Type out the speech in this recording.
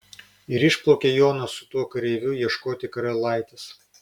ir išplaukė jonas su tuo kareiviu ieškoti karalaitės